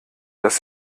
dass